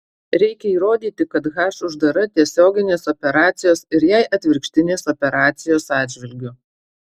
reikia įrodyti kad h uždara tiesioginės operacijos ir jai atvirkštinės operacijos atžvilgiu